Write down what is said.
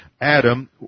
Adam